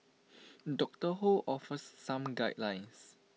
doctor ho offers some guidelines